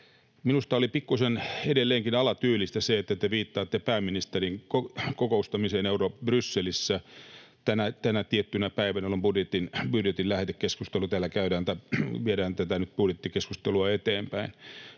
minusta oli pikkusen edelleenkin alatyylistä, että te viittaatte pääministerin kokoustamiseen Brysselissä tänä tiettynä päivänä, jolloin täällä viedään budjettikeskustelua eteenpäin,